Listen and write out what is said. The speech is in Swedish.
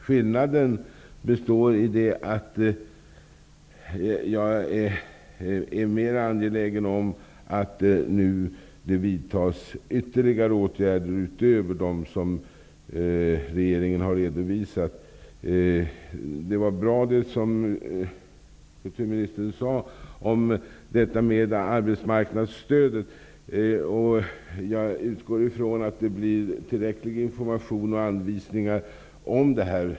Skillnaden består i att jag är mera angelägen om att det nu skall vidtas ytterligare åtgärder utöver de som regeringen har redovisat. Det kulturministern sade om arbetsmarknadsstödet var bra. Jag utgår från att det kommer tillräckligt med information och anvisningar om detta.